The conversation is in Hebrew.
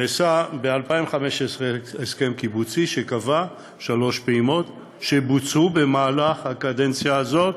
ב-2015 נעשה הסכם קיבוצי שקבע שלוש פעימות שבוצעו במהלך הקדנציה הזאת